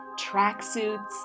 tracksuits